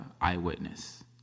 eyewitness